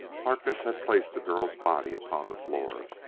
harkness had placed the girl's body upon the floor.